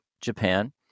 Japan